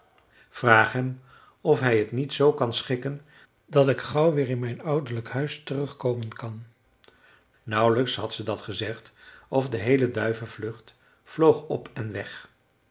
hem of hij t niet zoo kan schikken dat ik gauw weer in mijn ouderlijk huis terugkomen kan nauwelijks had ze dat gezegd of de heele duivenvlucht vloog op en weg